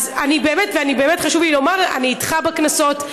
באמת חשוב לי לומר שאני איתך בקנסות,